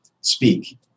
speak